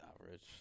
average